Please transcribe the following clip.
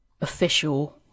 official